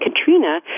Katrina